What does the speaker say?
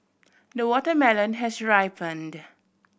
the watermelon has ripened